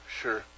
sure